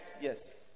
yes